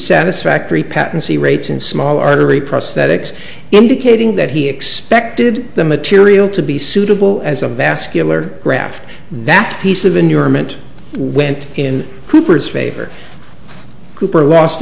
satisfactory patency rates in small artery prosthetics indicating that he expected the material to be suitable as a vascular graph that piece of in your meant went in cooper's favor cooper lost